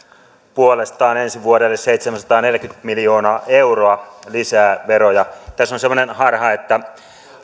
puolestaan ensi vuodelle seitsemänsataaneljäkymmentä miljoonaa euroa lisää veroja tässä on semmoinen harha että